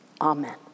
Amen